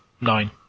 Nine